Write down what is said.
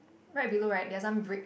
right below right there are some brick